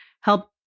help